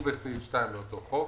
ובסעיף 2 לאותו חוק,